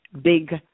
big